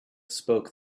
spoke